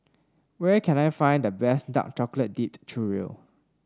where can I find the best Dark Chocolate Dipped Churro